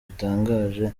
bitangaje